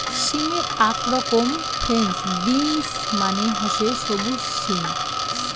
সিমের আক রকম ফ্রেঞ্চ বিন্স মানে হসে সবুজ সিম